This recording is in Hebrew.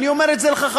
ואני אומר את זה לך,